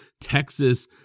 Texas